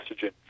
estrogen